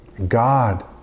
God